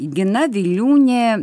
gina viliūnė